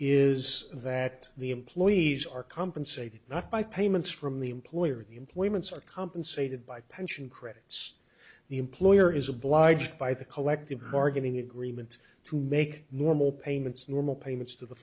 is that the employees are compensated not by payments from the employer or the employments or compensated by pension credits the employer is obliged by the collective bargaining agreement to make normal payments normal payments to the